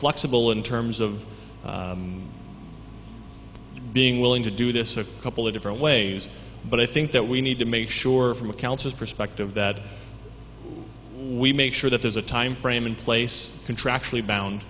flexible in terms of being willing to do this a couple of different ways but i think that we need to make sure from accounts as perspective that we make sure that there's a timeframe in place contractually bound